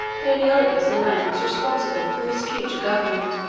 palaeologus alone was responsible for his future government